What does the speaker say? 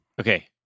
Okay